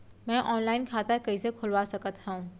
मैं ऑनलाइन खाता कइसे खुलवा सकत हव?